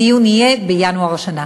הדיון יהיה בינואר, השנה.